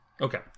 Okay